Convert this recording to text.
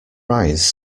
eyes